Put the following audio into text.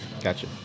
Gotcha